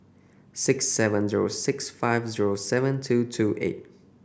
six seven zero six five zero seven two two eight